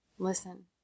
Listen